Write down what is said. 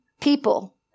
people